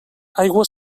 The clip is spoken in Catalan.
aigua